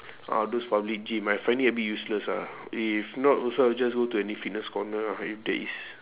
ah those public gym I find it a bit useless ah if not those kind i'll just go to any fitness corner ah if there is